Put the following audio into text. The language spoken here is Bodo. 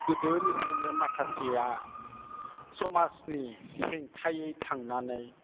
गोदोनिफ्रायनो माखासेया समाजनि हेंथायै थांनानै